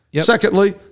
Secondly